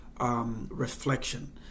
reflection